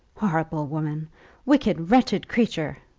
horrible woman wicked, wretched creature!